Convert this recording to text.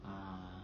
uh